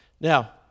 Now